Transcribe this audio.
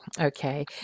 okay